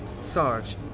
Sarge